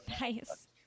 Nice